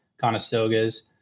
Conestogas